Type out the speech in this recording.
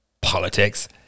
politics